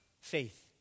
Faith